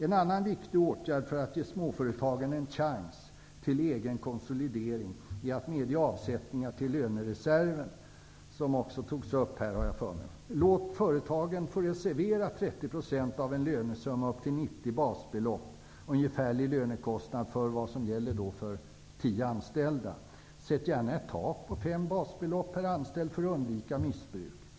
En annan viktig åtgärd för att ge småföretagen en chans till egen konsolidering är att medge avsättningar till en lönereserv, som också togs upp här, har jag för mig. Låt företagen reservera 30 % av en lönesumma upp till 90 basbelopp -- det är en ungefärlig lönekostnad för tio anställda. Sätt gärna ett tak på fem basbelopp per anställd för att undvika missbruk!